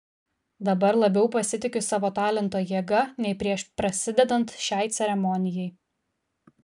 dabar labiau pasitikiu savo talento jėga nei prieš prasidedant šiai ceremonijai